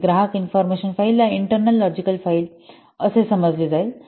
तर ग्राहक इन्फॉर्मेशन फाईलला इंटर्नल लॉजिकल फाइल असे समजले जाईल